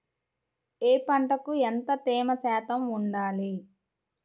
ఏ పంటకు ఎంత తేమ శాతం ఉండాలి?